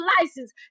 license